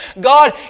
God